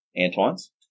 Antoine's